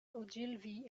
ogilvy